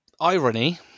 Irony